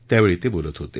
त्यावेळी ते बोलत होते